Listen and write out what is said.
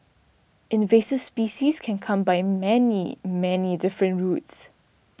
invasive species can come by many many different routes